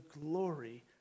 glory